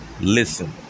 Listen